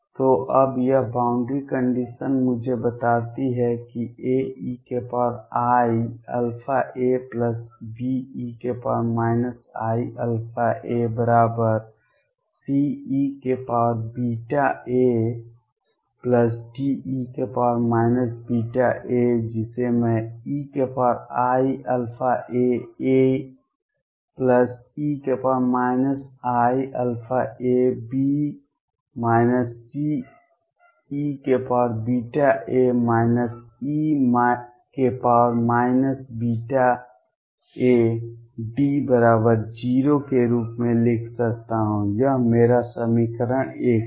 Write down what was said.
तो अब यह बॉउंड्री कंडीशन मुझे बताती है कि AeiαaBe iαaCeβaDe βa जिसे मैं eiαaAe iαaB Ceβa e βaD0 के रूप में लिख सकता हूं यह मेरा समीकरण 1 है